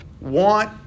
want